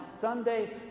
Sunday